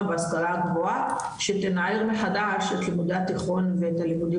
בהשכלה הגבוהה שתנער מחדש את לימודי התיכון ואת הלימודים